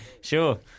sure